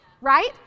right